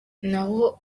naho